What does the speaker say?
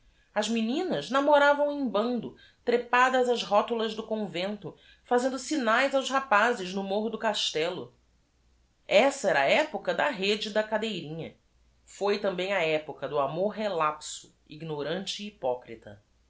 as meninas namoravam em bando trepadas ás rótulas do convento fazendo signaes aos rapazes no morro do astello ssa era a época da rede e da cadeirinha o i também a época do amor relapso ignorante e hypocrita